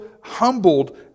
humbled